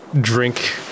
drink